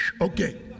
okay